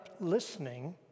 listening